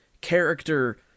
character